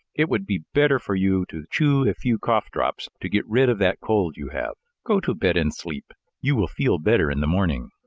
it would be better for you to chew a few cough drops to get rid of that cold you have. go to bed and sleep! you will feel better in the morning.